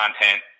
content